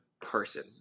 Person